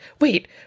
Wait